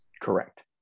Correct